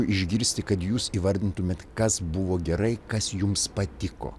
išgirsti kad jūs įvardintumėt kas buvo gerai kas jums patiko